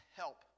help